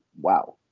wow